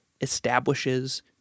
establishes